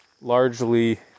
largely